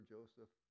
Joseph